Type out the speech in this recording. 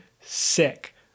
sick